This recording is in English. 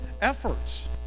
efforts